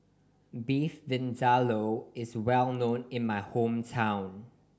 Beef Vindaloo is well known in my hometown